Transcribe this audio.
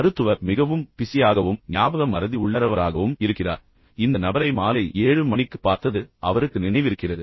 மருத்துவர் மிகவும் பிஸியாகவும் ஞாபக மறதி உள்ளரவராகவும் இருக்கிறார் இந்த நபரை மாலை 7 மணிக்குப் பார்த்தது அவருக்கு நினைவிருக்கிறது